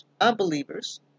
unbelievers